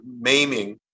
maiming